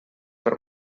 per